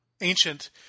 Ancient